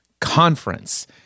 conference